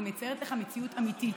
אני מציירת לך מציאות אמיתית.